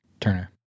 Turner